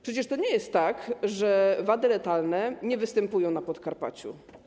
Przecież to nie jest tak, że wady letalne nie występują na Podkarpaciu.